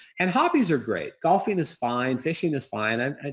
and hobbies are great. golfing is fine, fishing is fine. and and